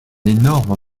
énorme